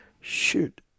shoot